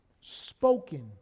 spoken